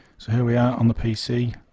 so here we are on the pc